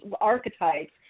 archetypes